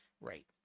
Right